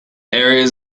areas